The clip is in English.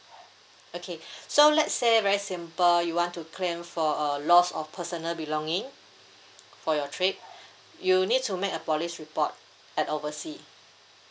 okay so let's say very simple you want to claim for uh loss of personal belonging for your trip you need to make a police report at overseas